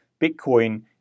Bitcoin